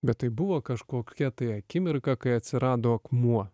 bet tai buvo kažkokia tai akimirka kai atsirado akmuo